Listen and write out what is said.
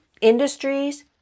industries